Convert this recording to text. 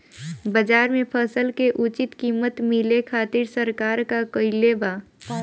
बाजार में फसल के उचित कीमत मिले खातिर सरकार का कईले बाऽ?